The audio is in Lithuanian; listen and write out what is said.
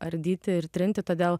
ardyti ir trinti todėl